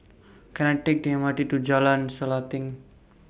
Can I Take The M R T to Jalan Selanting